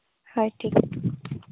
ᱦᱳᱭ ᱴᱷᱤᱠ ᱟᱪᱷᱮ